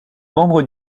membre